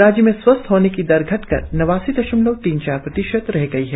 राज्य में स्वस्थ होने की दर घटकर नवासी दशमलव तीन चार प्रतिशत रह गई है